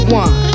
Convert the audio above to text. one